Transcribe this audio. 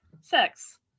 sex